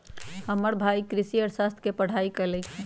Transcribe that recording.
हमर भाई कृषि अर्थशास्त्र के पढ़ाई कल्कइ ह